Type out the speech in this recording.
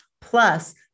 plus